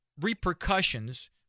repercussions